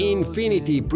Infinity